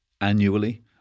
annually